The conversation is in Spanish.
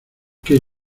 que